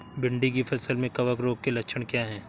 भिंडी की फसल में कवक रोग के लक्षण क्या है?